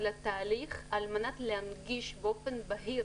התהליך על מנת להנגיש באופן בהיר